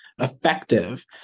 effective